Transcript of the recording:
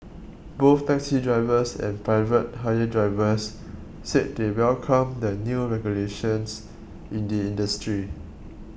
both taxi drivers and private hire drivers said they welcome the new regulations in the industry